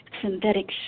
synthetic